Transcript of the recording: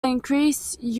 increased